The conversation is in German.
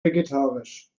vegetarisch